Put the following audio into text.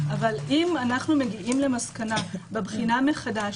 אבל אם אנו מגיעים למסקנה בבחינה מחדש